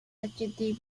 adjective